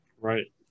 Right